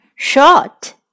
Short